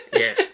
yes